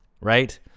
right